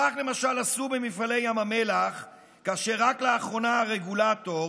כך למשל עשו במפעלי ים המלח כאשר רק לאחרונה הרגולטור,